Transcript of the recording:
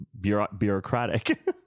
bureaucratic